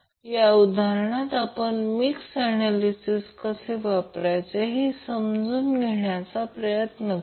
या उदाहरणात आपण मिक्स्ड ऍनॅलिसिस कसे वापरायचे हे समजून घेण्याचा प्रयत्न करूया